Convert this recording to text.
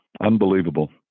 Unbelievable